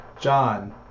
John